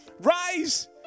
Rise